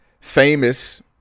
famous